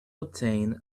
obtain